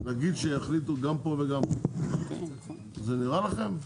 נגיד שיחליט גם פה וגם פה, זה נראה לכם?